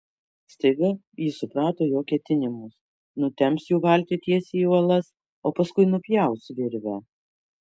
staiga ji suprato jo ketinimus nutemps jų valtį tiesiai į uolas o paskui nupjaus virvę